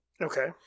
Okay